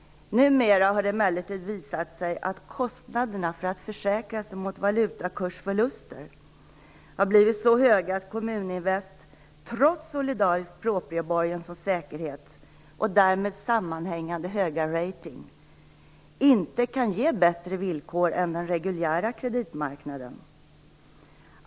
Numera har det emellertid visat sig att kostnaderna för att försäkra sig mot valutakursförluster har blivit så höga att Kommuninvest, trots solidarisk proprieborgen som säkerhet och därmed sammanhängande hög rating, inte kan ge bättre villkor än den reguljära kreditmarknaden.